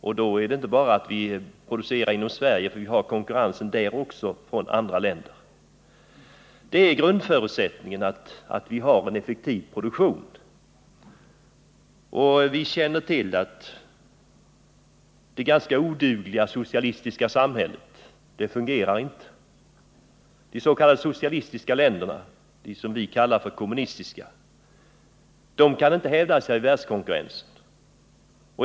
Då räcker det inte med att producera bara för Sverige, eftersom det förekommer en konkurrens även här från andra länder. Grundförutsättningen är alltså en effektiv produktion. Vi känner till att det ganska odugliga socialistiska samhället inte fungerar. De s.k. socialistiska länderna, som vi kallar kommunistiska, kan inte hävda sig i världskonkurrensen.